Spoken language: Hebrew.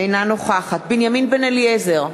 אינה נוכחת בנימין בן-אליעזר,